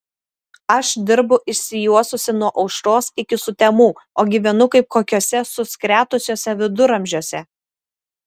aš dirbu išsijuosusi nuo aušros iki sutemų o gyvenu kaip kokiuose suskretusiuose viduramžiuose